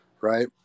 right